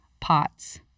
pots